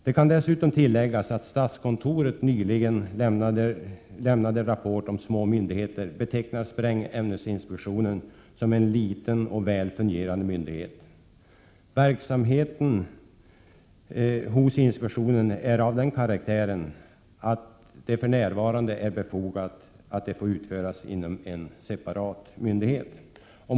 Det kan dessutom tilläggas att statskontoret nyligen i en rapport om små myndigheter betecknar sprängämnesinspektionen som en liten och väl fungerande myndighet. Verksamheten hos inspektionen är av den karaktären att det för närvarande är befogat att den får utföras inom en separat myndighet.